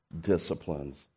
disciplines